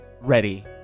ready